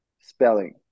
spelling